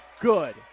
Good